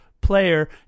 player